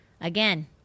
Again